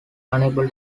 unable